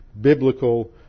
biblical